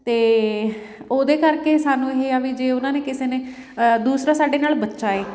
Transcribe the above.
ਅਤੇ ਉਹਦੇ ਕਰਕੇ ਸਾਨੂੰ ਇਹ ਆ ਵੀ ਜੇ ਉਹਨਾਂ ਨੇ ਕਿਸੇ ਨੇ ਦੂਸਰਾ ਸਾਡੇ ਨਾਲ ਬੱਚਾ ਹੈ